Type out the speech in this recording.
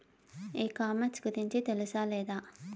ఈ కామర్స్ గురించి తెలుసా లేదా?